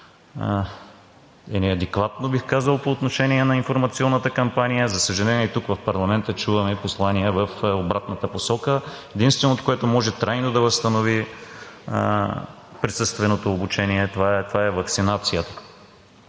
е неадекватно, бих казал, по отношение на информационната кампания. За съжаление, тук – в парламента, чуваме послания в обратната посока. Единственото, което може трайно да възстанови присъственото обучение, е ваксинацията.